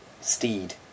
Steed